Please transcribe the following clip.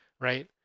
right